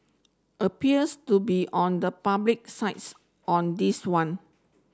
appears to be on the public sides on this one